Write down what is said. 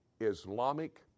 Islamic